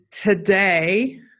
today